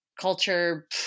culture